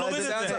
אני אמרתי את זה.